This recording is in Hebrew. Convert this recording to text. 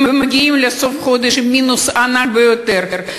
והם מגיעים לסוף החודש עם מינוס ענק ביותר.